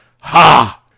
Ha